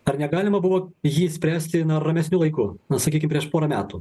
ar negalima buvo jį spręsti na ramesniu laiku na sakykim prieš porą metų